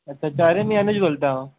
अच्छा अच्छा अरे मी अनुज बोलताउ